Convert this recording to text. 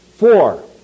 Four